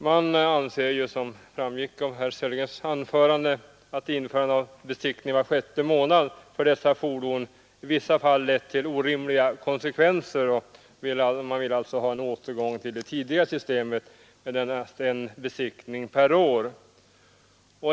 Man anser, som framgick av herr Sellgrens anförande, att införandet av besiktning var sjätte månad för dessa fordon i vissa fall lett till orimliga konsekvenser, och man vill alltså ha en återgång till det tidigare systemet med endast en besiktning per år.